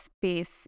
space